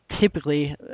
typically –